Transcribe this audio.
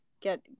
get